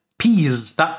Peas